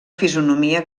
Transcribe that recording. fisonomia